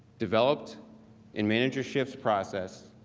developed in manager schiff's process.